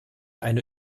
eine